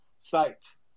sites